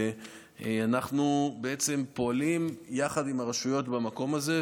שאנחנו בעצם פועלים יחד עם הרשויות במקום הזה,